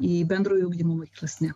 į bendrojo ugdymo mokyklas ne